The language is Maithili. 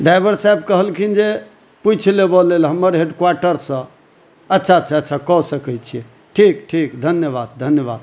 ड्राइवर साहेब कहलखिन जे पुछि लेबऽ लेल हमर हेडक्वाटर सँ अच्छा अच्छा अच्छा कऽ सकै छी ठीक ठीक ठीक धन्यवाद धन्यवाद